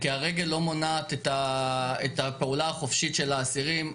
כי הרגל לא מונעת את הפעולה החופשית של האסירים.